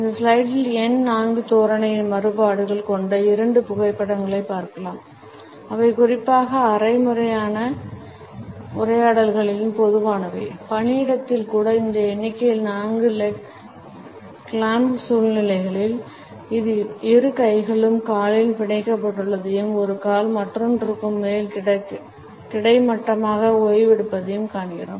இந்த ஸ்லைடில் எண் 4 தோரணையின் மாறுபாடுகள் கொண்ட இரண்டு புகைப்படங்களைப் பார்க்கலாம் அவை குறிப்பாக அரை முறையான உரையாடல்களிலும் பொதுவானவை பணியிடத்தில் கூட இந்த எண்ணிக்கையில் நான்கு லெக் கிளாம்ப் சூழ்நிலைகளில் இரு கைகளும் காலில் பிணைக்கப்பட்டுள்ளதையும் ஒரு கால் மற்றொன்றுக்கு மேல் கிடைமட்டமாக ஓய்வெடுப்பதையும் காண்கிறோம்